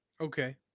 Okay